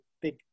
big